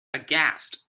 aghast